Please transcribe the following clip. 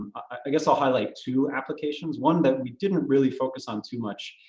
i guess i'll highlight two applications, one that we didn't really focus on too much